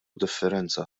differenza